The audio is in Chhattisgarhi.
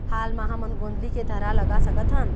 हाल मा हमन गोंदली के थरहा लगा सकतहन?